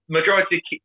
majority